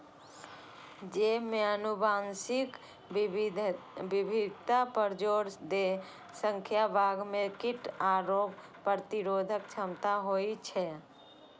जैव आ आनुवंशिक विविधता पर जोर दै सं बाग मे कीट आ रोग प्रतिरोधक क्षमता होइ छै